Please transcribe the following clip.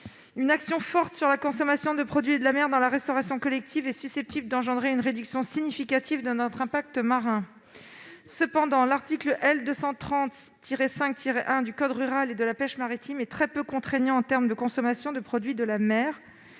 Une action forte sur la consommation de produits de la mer dans la restauration collective est susceptible d'engendrer une réduction significative de notre impact marin. Cependant, l'article L. 230-5-1 du code rural et de la pêche maritime est très peu contraignant en termes de consommation de produits de la mer.